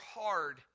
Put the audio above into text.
hard